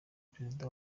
perezida